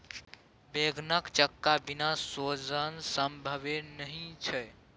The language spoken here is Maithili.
बैंगनक चक्का बिना सोजन संभवे नहि छै